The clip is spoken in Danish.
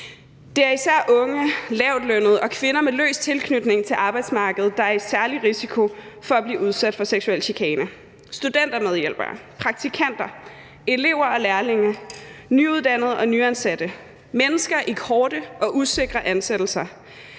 Det er især unge lavtlønnede og kvinder med løs tilknytning til arbejdsmarkedet, der er i særlig risiko for at blive udsat for seksuel chikane. Studentermedhjælpere, praktikanter, elever og lærlinge, nyuddannede og nyansatte og mennesker i korte og usikre ansættelser